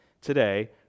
today